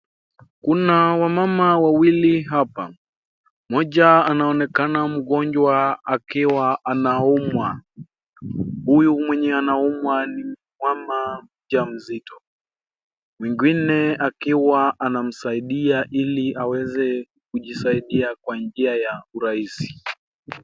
Kuna wamama wawili hapa mmoja anaonekana mgonjwa akiwa anaumwa huyu mwenye anaumwa ni mama mjamzito mwingine akiwa anasaidia ili aweze kujisaidia kwa njia ya urahisi.